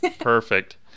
perfect